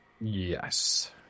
Yes